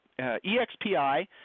EXPI